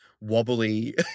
wobbly